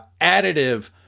additive